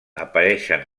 apareixen